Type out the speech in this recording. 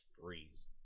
freeze